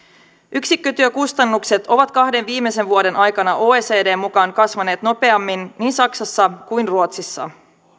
yksikkötyökustannukset ovat kahden viimeisen vuoden aikana oecdn mukaan kasvaneet nopeammin niin saksassa kuin ruotsissa